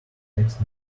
next